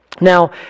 Now